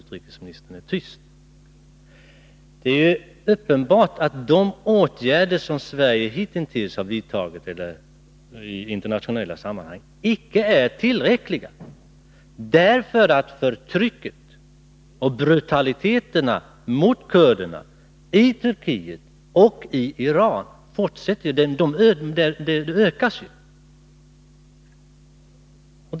Tisdagen den Det är uppenbart att de åtgärder som Sverige hitintills vidtagit i 12 april 1983 internationella sammanhang inte är tillräckliga, därför att förtrycket och brutaliteterna mot kurderna i Turkiet och Iran fortsätter och ökar.